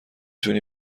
تونی